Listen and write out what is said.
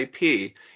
IP